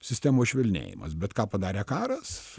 sistemos švelnėjimas bet ką padarė karas